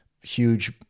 huge